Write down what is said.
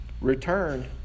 Return